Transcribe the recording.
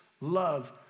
love